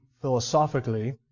philosophically